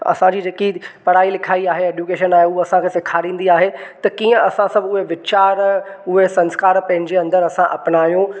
असांजी जेकी पढ़ाई लिखाई आहे एडूकेशन आहे उहा असांखे सेखारींदी आहे त कीअं असां सभु उहे वीचार उहे संस्कार पंहिंजे अंदरु असां अपनायूं